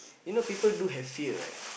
you know people do have fear right